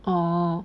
orh